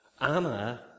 Anna